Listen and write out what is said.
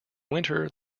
winter